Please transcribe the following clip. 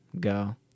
go